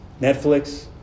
Netflix